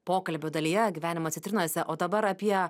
pokalbio dalyje gyvenimo citrinose o dabar apie